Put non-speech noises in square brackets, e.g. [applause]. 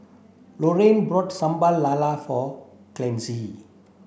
Lorrayne bought Sambal Lala for [unintelligible]